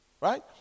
right